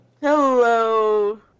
Hello